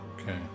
Okay